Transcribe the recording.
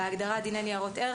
בהגדרה "דיני ניירות ערך",